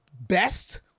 best